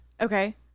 Okay